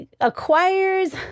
acquires